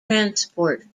transport